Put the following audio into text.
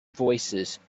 voicesand